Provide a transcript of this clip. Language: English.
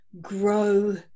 grow